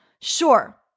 Sure